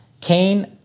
Cain